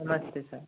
नमस्ते सर